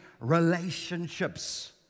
relationships